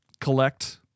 collect